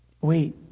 wait